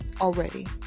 already